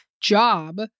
job